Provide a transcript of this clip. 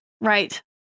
right